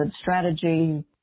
strategy